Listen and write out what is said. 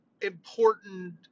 important